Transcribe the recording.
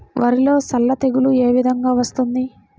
వరిలో సల్ల తెగులు ఏ విధంగా వస్తుంది?